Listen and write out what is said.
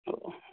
ꯑꯣ ꯑꯣ